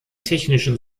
technischen